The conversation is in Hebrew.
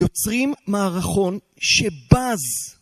יוצרים מערכון שבז!